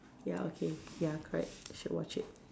ya okay ya correct should watch it